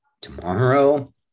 tomorrow